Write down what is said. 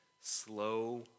slow